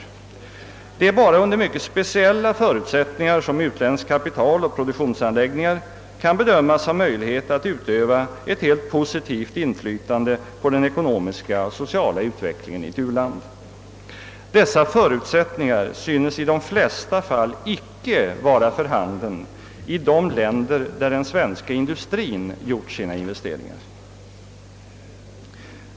Endast under mycket speciella förutsättningar kan utländskt kapital och utländska produktionsanläggningar bedömas ha möjlighet att utöva ett positivt inflytande på den ekonomiska och sociala utvecklingen i ett u-land. Dessa förutsättningar synes i de flesta fall icke vara för handen i de länder där den svenska industrien gjort sina investeringar.